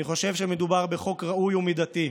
אני חושב שמדובר בחוק ראוי ומידתי.